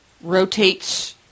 rotates